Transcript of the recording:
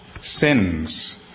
sins